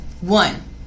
one